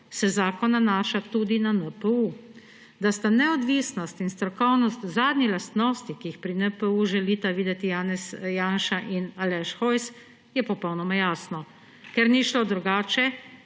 se zakon nanaša tudi na NPU. Da sta neodvisnost in strokovnost zadnji lastnosti, ki ju pri NPU želita videti Janez Janša in Aleš Hojs, je popolnoma jasno. Ker ni šlo drugače,